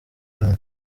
rwanda